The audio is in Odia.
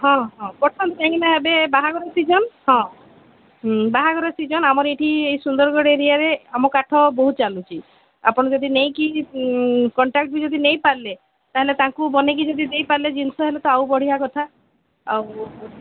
ହଁ ହଁ ପସନ୍ଦ କାଇଁକିନା ଏବେ ବାହାଘର ସିଜନ୍ ହଁ ହଁ ବାହାଘର ସିଜନ୍ ଆମର ଏଠି ସୁନ୍ଦରଗଡ଼ ଏରିଆରେ ଆମ କାଠ ବହୁତ ଚାଲୁଛି ଆପଣ ଯଦି ନେଇକି କଣ୍ଟାକ୍ଟ୍ରରେ ଯଦି ନେଇପାରିଲେ ତାହେଲେ ତାଙ୍କୁ ଯଦି ବନେଇକି ଦେଇପାରିଲେ ଜିନିଷ ହେଲେ ତ ଆହୁରି ଆଉ ବଢ଼ିଆ କଥା ଆଉ